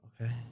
Okay